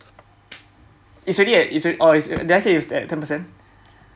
it's already it's or did I say at ten percent